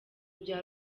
bya